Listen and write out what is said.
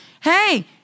hey